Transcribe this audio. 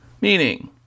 Meaning